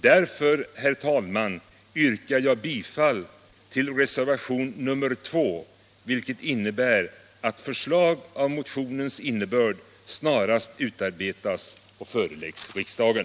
Därför, herr talman, yrkar jag bifall till reservationen 2, som innebär att förslag av motionens innebörd snarast skall utarbetas och föreläggas riksdagen.